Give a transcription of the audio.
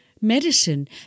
medicine